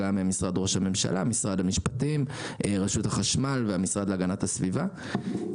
גם משרד ראש הממשלה; משרד המשפטים; רשות החשמל והמשרד להגנת הסביבה.